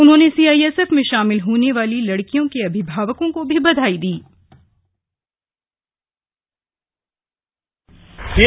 उन्होंने सीआईएसएफ में शामिल होने वाली लड़कियों के अभिभावकों को भी बधाई दी